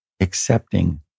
accepting